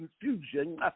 confusion